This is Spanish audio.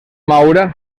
maura